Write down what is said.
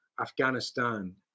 Afghanistan